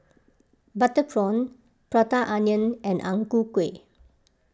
Butter Prawn Prata Onion and Ang Ku Kueh